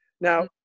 now